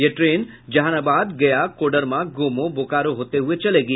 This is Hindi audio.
यह ट्रेन जहानाबाद गया कोडरमा गोमो बोकारो होते हुए चलेगी